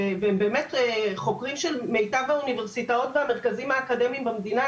מדובר בחוקרים של מיטב האוניברסיטאות והמרכזים האקדמיים במדינה,